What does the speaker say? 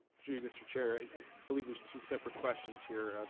gee mr. chair, i believe there's two separate questions here.